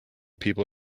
people